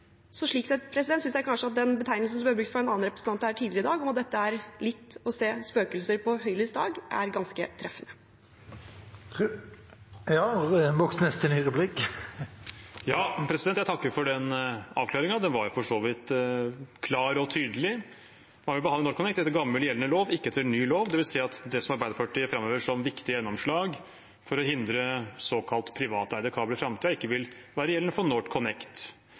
Slik sett synes jeg kanskje at den betegnelsen som ble brukt fra en annen representant her tidligere i dag, om at dette er litt å se spøkelser på høylys dag, er ganske treffende. Jeg takker for den avklaringen. Den var for så vidt klar og tydelig. Man vil behandle NorthConnect etter gammel, gjeldende lov, og ikke etter ny lov, dvs. at det Arbeiderpartiet framhever som viktige gjennomslag for å hindre såkalt privateide kabler i framtiden, ikke vil være gjeldende for NorthConnect.